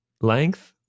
length